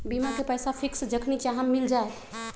बीमा के पैसा फिक्स जखनि चाहम मिल जाएत?